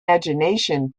imgination